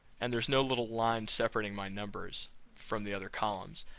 and there's no little line separating my numbers from the other columns.